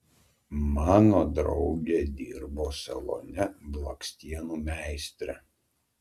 mano draugė dirbo salone blakstienų meistre